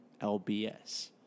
LBS